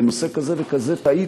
בנושא כזה וכזה טעיתי.